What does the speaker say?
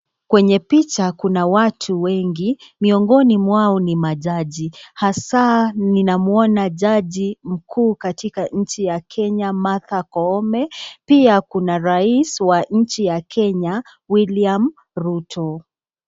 Kwenye picha kuna watu wengi, miongoni mwao ni majaji hasa ninamwona jaji mkuu katika nchi ya Kenya Martha Koome, pia kuna rais wa nchi ya Kenya William Ruto.